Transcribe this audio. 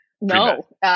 No